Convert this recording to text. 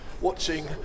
watching